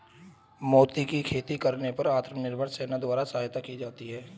मोती की खेती करने पर आत्मनिर्भर सेना द्वारा सहायता की जाती है